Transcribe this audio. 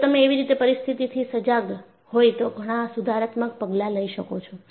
જો તમે એવી પરિસ્થિતિથી સજાગ હોય તો ઘણા સુધારાત્મક પગલા લઈ શકો છો